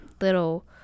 little